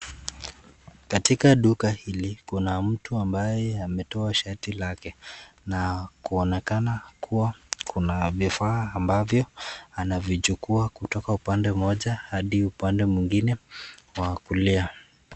Katika duka hili kuna mtu ambaye ametoa shati lake na kuonekana kuwa kuna vifaa anavyo chukwa kutoka upande mmoja hadi upande mwingine mwa kulia.